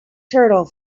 turtle